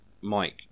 Mike